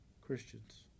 Christians